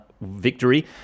victory